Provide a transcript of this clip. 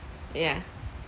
yeah